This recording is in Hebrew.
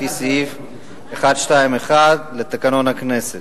לפי סעיף 121 לתקנון הכנסת.